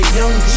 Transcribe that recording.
young